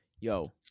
Yo